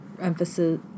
emphasis